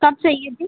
कब चाहिए थी